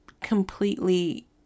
completely